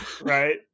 Right